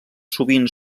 sovint